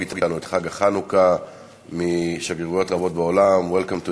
אתנו את חג החנוכה משגרירויות רבות בעולם: Welcome to